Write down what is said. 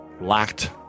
lacked